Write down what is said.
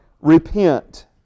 Repent